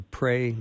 pray